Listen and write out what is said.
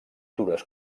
dures